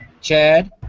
Chad